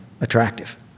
attractive